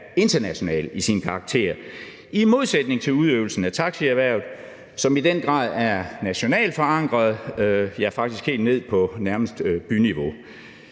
internationalt i sin karakter, i modsætning til udøvelsen af taxierhvervet, som i den grad er nationalt forankret, ja, faktisk nærmest helt ned på byniveau.